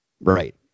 Right